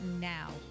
now